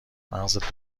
مغزت